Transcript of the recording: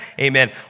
Amen